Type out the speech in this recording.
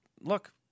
Look